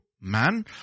man